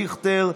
אבי דיכטר,